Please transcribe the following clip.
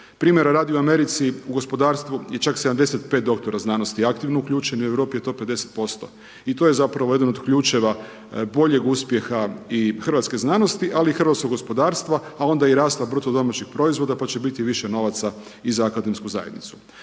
primjera radi u Americi u gospodarstvu je čak 75% doktora znanosti aktivno uključeno u Europi je to 50% i to je jedan od ključeva i boljeg uspjeha i hrvatske znanosti ali i hrvatskog gospodarstva, a onda i rasta BDP-a pa će biti više novaca i za akademsku zajednicu.